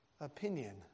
opinion